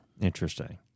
Interesting